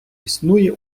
існує